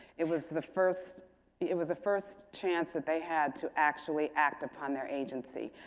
it was the first it was the first chance that they had to actually act upon their agency.